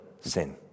sin